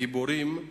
הגיבורים,